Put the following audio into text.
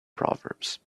proverbs